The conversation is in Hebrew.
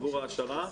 עבור העשרה,